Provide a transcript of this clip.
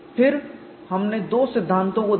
फिर हमने दो सिद्धांतों को देखा